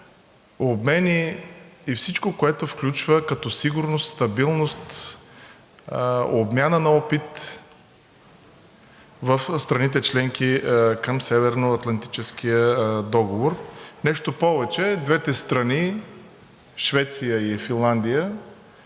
обмени и всичко, което включва като сигурност, стабилност, обмяна на опит в страните – членки към Северноатлантическия договор. Нещо повече, двете страни – Швеция и Финландия,